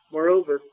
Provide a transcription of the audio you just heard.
Moreover